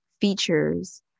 features